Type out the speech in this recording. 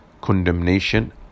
condemnation